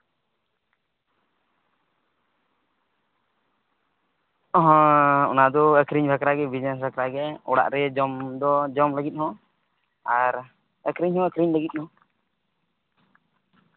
ᱦᱚᱸ ᱚᱱᱟ ᱫᱚ ᱟᱹᱠᱷᱨᱤᱧ ᱵᱟᱠᱷᱟᱨᱮ ᱜᱮ ᱵᱤᱡᱱᱮᱥ ᱵᱟᱠᱷᱨᱟ ᱜᱮ ᱚᱲᱟᱜ ᱨᱮ ᱡᱚᱢ ᱫᱚ ᱡᱚᱢ ᱞᱟᱹᱜᱤᱫ ᱦᱚᱸ ᱟᱨ ᱟᱹᱠᱷᱨᱤᱧ ᱦᱚᱸ ᱟᱹᱠᱷᱨᱤᱧ ᱞᱟᱹᱜᱤᱫ ᱦᱚᱸ